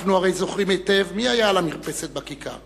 אנחנו הרי זוכרים היטב מי היה על המרפסת בכיכר,